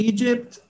Egypt